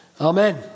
Amen